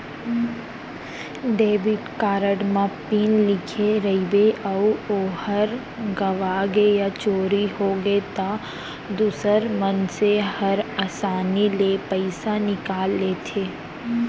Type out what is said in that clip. debit card म PIN लिखे रइबे अउ ओहर गँवागे या चोरी होगे त दूसर मनसे हर आसानी ले पइसा निकाल लेथें